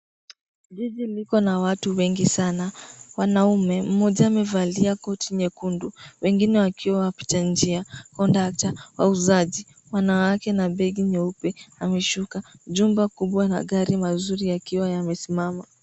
Jiji liko na watu wengi sana. Mwanaume mmoja amevalia koti nyekundu wengine wakiwa wapita njia. Kondakta, wauzaji, wanawake na begi nyeupe ameshuka. Jumba kubwa na gari mazuri yakiwa yamesimama.